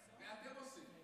זה אתם עושים.